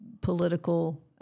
political